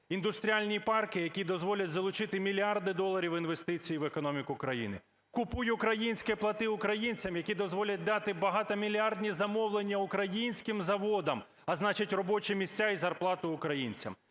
індустріальні парки, які дозволять залучити мільярди доларів інвестицій в економіку країни; "Купуй українське, плати українцям", які дозволять дати багатомільярдні замовлення українським заводам, а значить, робочі місця і зарплати українцям;